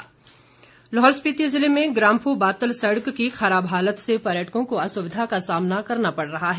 ग्राम्फू सड़क लाहौल स्पिति जिले में ग्राम्फू बातल सड़क की खराब हालत से पर्यटकों को असुविधा का सामना करना पड़ रहा है